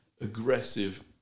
aggressive